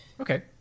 Okay